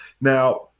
Now